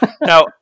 now